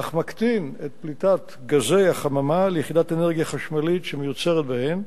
אך מקטין את פליטת גזי החממה ליחידת אנרגיה חשמלית שמיוצרת בהן.